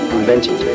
invented